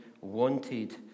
wanted